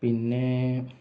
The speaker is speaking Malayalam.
പിന്നേ